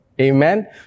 Amen